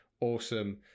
awesome